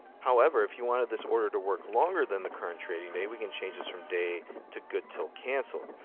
however, if you wanted this order to work longer than the current trading day, we can change this from day to good till cancel.